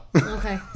Okay